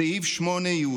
שיהיו מורשים